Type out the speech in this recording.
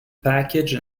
package